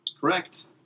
Correct